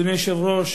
אדוני היושב-ראש,